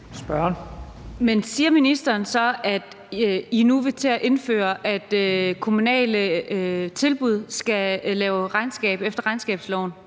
Men siger ministeren så, at I nu vil til at indføre, at kommunale tilbud skal lave regnskab efter regnskabsloven,